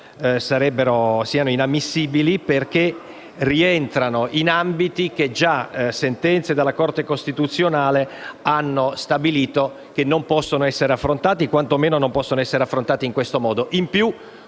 siano inammissibili perché rientrano in ambiti che già sentenze della Corte costituzionale hanno stabilito che non possono essere affrontati o, quanto meno, non possono essere affrontati in questo modo.